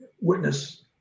witness